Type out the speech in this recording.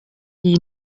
die